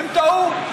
טעו.